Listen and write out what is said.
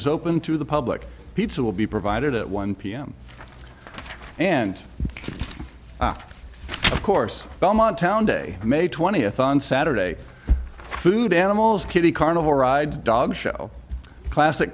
is open to the public pizza will be provided at one p m and of course belmont town day may twentieth on saturday food animals kitty carnival rides dog show classic